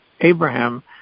Abraham